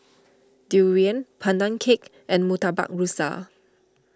Durian Pandan Cake and Murtabak Rusa